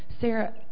Sarah